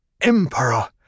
Emperor